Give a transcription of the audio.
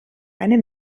eine